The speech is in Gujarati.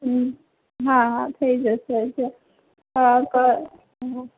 હમ હા હા થઈ જશે હા